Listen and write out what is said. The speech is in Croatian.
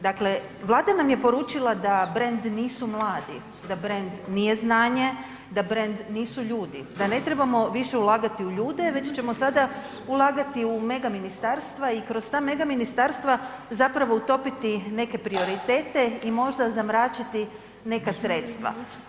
Dakle, Vlada nam je poručila da brand nisu mladi, da brand nije znanje, da brand nisu ljudi, da ne trebamo više ulagati u ljude, već ćemo sada ulagati u mega ministarstva i kroz ta mega ministarstva zapravo utopiti neke prioritete i možda zamračiti neka sredstva.